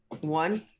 one